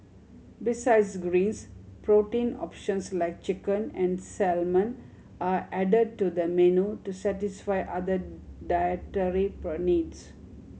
besides greens protein options like chicken and salmon are added to the menu to satisfy other dietary per needs